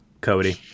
Cody